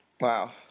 Wow